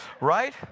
Right